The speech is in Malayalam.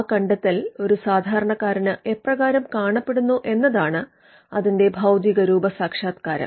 ആ കണ്ടെത്തൽ ഒരു സാധാരണക്കാരന് എപ്രകാരം കാണപ്പെടുന്നു എന്നതാണ് അതിന്റെ ഭൌതികരൂപസാക്ഷാത്ക്കാരം